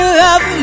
love